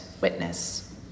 witness